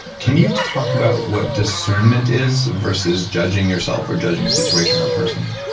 can you talk about what discernment is versus judging yourself or judging a situation or a person?